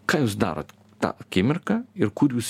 ką jūs darot tą akimirką ir kur jūs